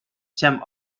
jumps